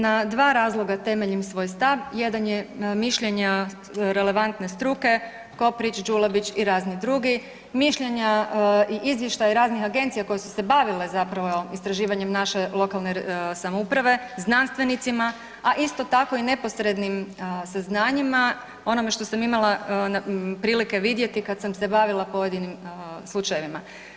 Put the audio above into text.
Na dva razloga temeljim svoj stav, jedan je mišljenja relevantne struke Koprić, Đulabić i razni drugi, mišljenja i izvještaji raznih agencija koje su se bavile zapravo istraživanjima naše lokalne samouprave, znanstvenicima, a isto tako i neposrednim saznanjima, onome što sam imala prilike vidjeti kada sam se bavila pojedinim slučajevima.